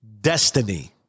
destiny